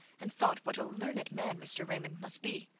and thought what a learned man mr. raymond must be.